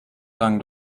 dran